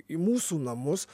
į mūsų namus